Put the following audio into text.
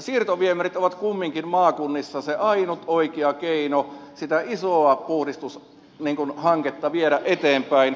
siirtoviemärit ovat kumminkin maakunnissa se ainut oikea keino sitä isoa puhdistushanketta viedä eteenpäin